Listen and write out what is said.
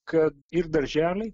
kad ir darželiai